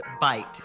bite